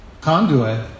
conduit